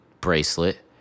bracelet